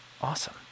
awesome